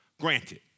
granted